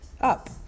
up